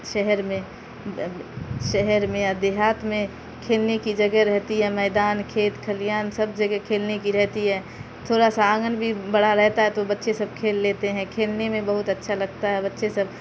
شہر میں شہر میں یا دیہات میں کھیلنے کی جگہ رہتی ہے میدان کھیت کھلیان سب جگہ کھیلنے کی رہتی ہے تھوڑا سا آنگن بھی بڑا رہتا ہے تو بچے سب کھیل لیتے ہیں کھیلنے میں بہت اچھا لگتا ہے بچے سب